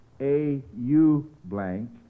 A-U-blank